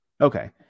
Okay